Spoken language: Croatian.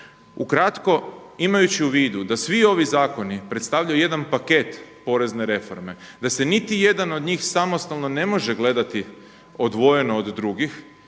Ukratko, imajući u vidu da svi ovi zakoni predstavljaju jedan paket porezne reforme, da se niti jedan od njih samostalno ne može gledati odvojeno od drugih,